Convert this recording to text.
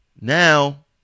now